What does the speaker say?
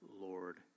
Lord